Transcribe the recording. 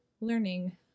learning